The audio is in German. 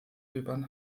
döbern